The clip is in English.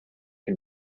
can